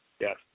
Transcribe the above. Yes